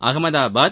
Ahmedabad